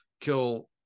kill